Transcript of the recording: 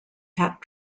hat